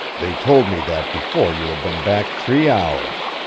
they told me that before you had been back three hours.